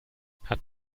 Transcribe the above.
hat